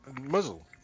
Muzzle